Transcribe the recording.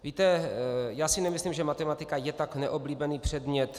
Víte, já si nemyslím, že matematika je tak neoblíbený předmět.